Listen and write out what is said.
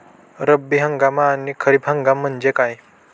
रब्बी हंगाम आणि खरीप हंगाम म्हणजे काय?